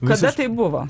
kada tai buvo